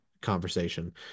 conversation